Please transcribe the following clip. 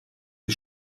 die